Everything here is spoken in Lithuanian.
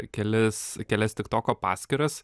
kelis kelias tiktoko paskyras